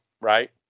right